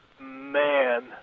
Man